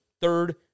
third